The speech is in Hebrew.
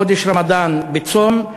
בחודש רמדאן, בצום,